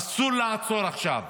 אסור לעצור עכשיו,